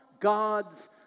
God's